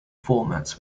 formats